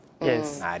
Yes